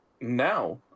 now